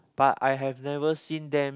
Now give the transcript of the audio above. but I have never seen them